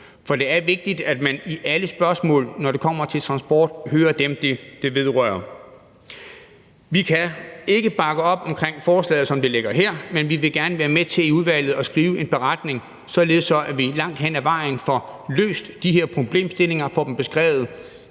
For det er vigtigt, at man i alle spørgsmål, når det kommer til transport, hører dem, det vedrører. Vi kan ikke bakke op om forslaget, som det ligger her, men vi vil gerne være med til i udvalget at skrive en beretning, således at vi langt hen ad vejen får løst de her problemer og får dem beskrevet;